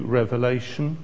revelation